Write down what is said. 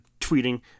tweeting